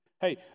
Hey